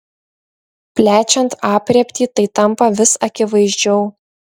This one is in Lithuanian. plečiant aprėptį tai tampa vis akivaizdžiau